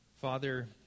Father